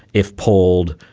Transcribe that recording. if polled,